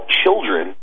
children